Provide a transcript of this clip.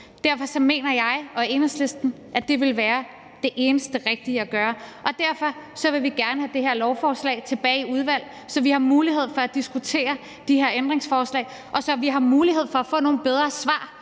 Derfor mener jeg og Enhedslisten, at det vil være det eneste rigtige at gøre. Derfor vil vi gerne have det her lovforslag tilbage i udvalget, så vi har mulighed for at diskutere de her ændringsforslag, og så vi har mulighed for at få nogle bedre svar